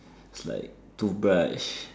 it's like toothbrush